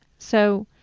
so,